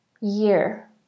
year